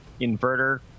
inverter